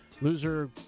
Loser